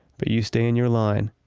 but you stay in your line.